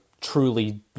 truly